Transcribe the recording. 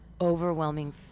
overwhelming